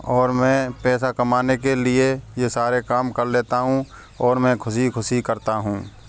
और मैं पैसा कमाने के लिए ये सारे काम कर लेता हूँ और मैं खुशी खुशी करता हूँ